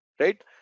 Right